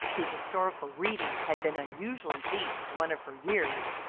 whose historical reading had been unusually deep for one of her years,